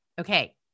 Okay